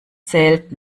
zählt